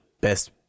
best